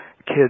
kids